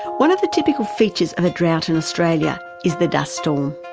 one of the typical features of a drought in australia is the dust storm.